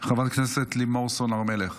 חברת הכנסת לימור סון הר המלך,